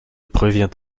prévient